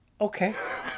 Okay